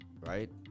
right